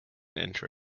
enter